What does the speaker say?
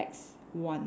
one